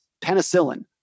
penicillin